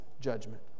judgment